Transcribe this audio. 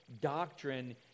doctrine